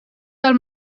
del